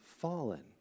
fallen